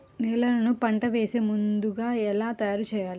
నేలను పంట వేసే ముందుగా ఎలా తయారుచేయాలి?